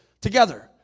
together